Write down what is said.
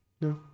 no